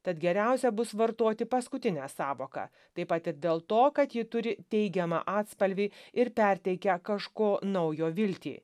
tad geriausia bus vartoti paskutinę sąvoką taip pat ir dėl to kad ji turi teigiamą atspalvį ir perteikia kažko naujo viltį